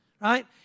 Right